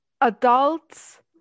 adults